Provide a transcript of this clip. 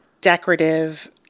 decorative